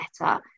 better